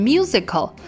Musical